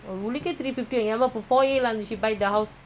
four room தான:thaana